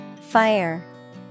Fire